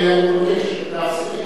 אני מבקש להפסיק.